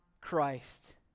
Christ